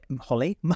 Holly